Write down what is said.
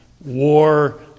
war